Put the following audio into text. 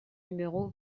numéro